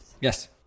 Yes